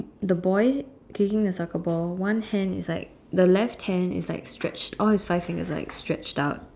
the boy kicking the soccer ball one hand is like the left hand is like stretched all his five fingers are like stretched out